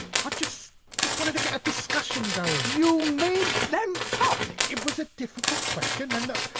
i just just wanted to get a discussion going. you made them up? it was a difficult question and,